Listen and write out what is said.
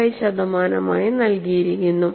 5 ശതമാനമായി നൽകിയിരിക്കുന്നു